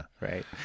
Right